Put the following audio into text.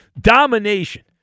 Domination